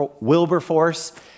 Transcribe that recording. Wilberforce